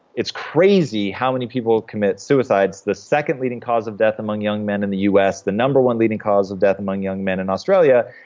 it's crazy how many people commit suicides. the second leading cause of death among young men in the us. the number one leading cause of death among young men in australia,